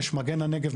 יש מגן הנגב,